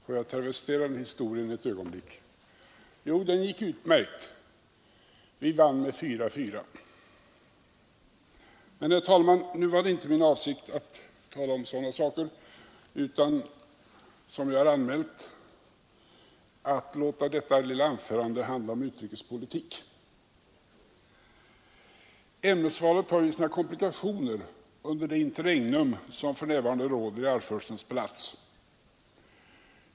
Låt mig travestera den historien en smula och påminna om svaret: Jo, den gick utmärkt, vi vann med 4—4. Herr talman! Det var inte min avsikt att tala om sådana saker utan, som jag har anmält, att låta detta lilla anförande handla om utrikespolitik. Ämnesvalet har emellertid sina komplikationer under det interregnum som för närvarande råder i Arvfurstens palats.